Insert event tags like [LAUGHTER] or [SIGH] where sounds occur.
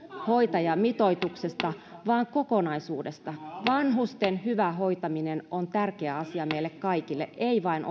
hoitajamitoituksesta vaan kokonaisuudesta vanhusten hyvä hoitaminen on tärkeä asia meille kaikille ei vain [UNINTELLIGIBLE]